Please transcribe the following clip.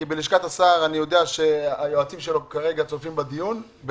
אני יודע שהיועצים בלשכת השר צופים כרגע בדיון.